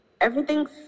Everything's